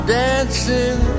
dancing